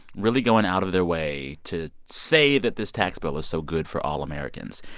really going out of their way to say that this tax bill is so good for all americans?